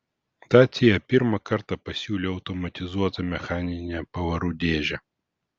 dacia pirmą kartą pasiūlė automatizuotą mechaninę pavarų dėžę